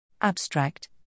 Abstract